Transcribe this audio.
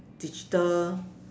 digital